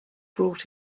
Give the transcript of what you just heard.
brought